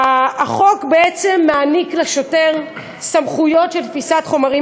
החוק בעצם נותן לשוטר סמכויות של תפיסת חומרים